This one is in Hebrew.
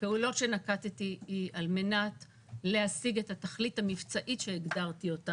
הפעולות שנקטתי הן על מנת להשיג את התכלית המבצעית שהגדרתי.